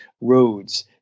roads